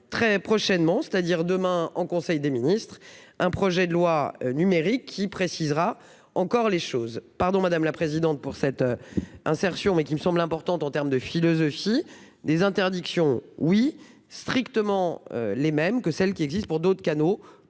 Très prochainement, c'est-à-dire demain en conseil des ministres un projet de loi numérique qui précisera encore les choses. Pardon, madame la présidente pour cette. Insertion mais qui me semble important en termes de philosophie des interdictions oui strictement. Les mêmes que celles qui existent pour d'autres canaux.